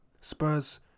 Spurs